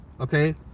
okay